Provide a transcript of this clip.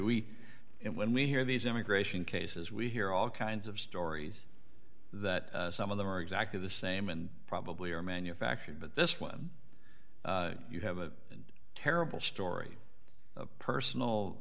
we when we hear these immigration cases we hear all kinds of stories that some of them are exactly the same and probably are manufactured but this one you have a terrible story of personal